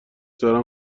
دارن